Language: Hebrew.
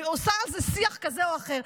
ועושה על זה שיח כזה או אחר.